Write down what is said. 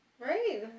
right